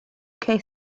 que